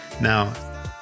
Now